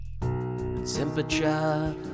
Temperature